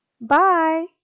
Bye